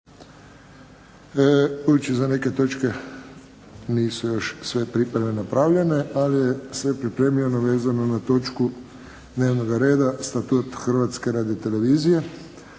za neke točke nisu još sve pripreme napravljene, ali je sve pripremljeno vezano na točku dnevnoga reda - Statut Hrvatske radiotelevizije